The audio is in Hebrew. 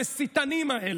המסיתנים האלה.